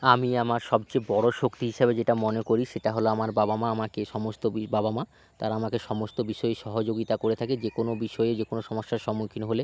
আমি আমার সবচেয়ে বড়ো শক্তি হিসাবে যেটা মনে করি সেটা হলো আমার বাবা মা আমাকে সমস্ত বি বাবা মা তারা আমাকে সমস্ত বিষয়েই সহযোগিতা করে থাকে যে কোনো বিষয়ে যে কোনো সমস্যার সম্মুখীন হলে